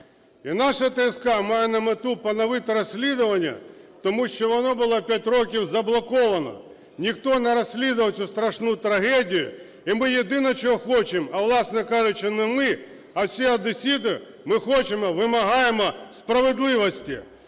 І наша ТСК має на мету поновити розслідування, тому що воно було 5 років заблоковано, ніхто не розслідував цю страшну трагедію. І ми єдине, чого хочемо, а власне кажучи, не ми, а всі одесити, ми хочемо, вимагаємо справедливості.